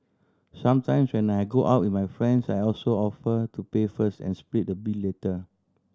sometimes when I go out with my friends I also offer to pay first and split the bill later